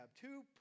two